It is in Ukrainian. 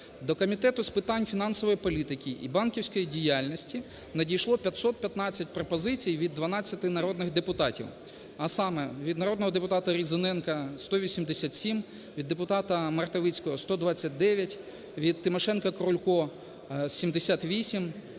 До Комітету з питань фінансової політики і банківської діяльності надійшло 515 пропозицій від 12 народних депутатів. А саме: від народного депутата Різаненка – 187, від депутата Мартовицького – 129, від Тимошенко, Крулько – 78,